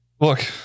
Look